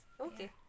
Okay